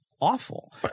awful